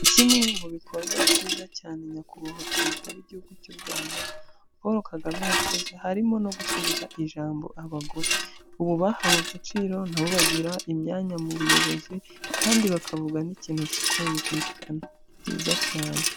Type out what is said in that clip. Kimwe mu bikorwa byiza cyane nyakubahwa Perezida w'lgihugu cy'u Rwanda, Paul Kagame yakoze harimo no gusubiza ijambo abagore, ubu bahawe agaciro nabo bagira imyanya mu buyobozi kandi bakavuga n'ikintu kikumvikana, ni byiza cyane.